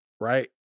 right